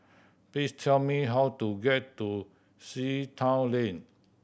please tell me how to get to Sea Town Lane